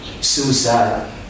Suicide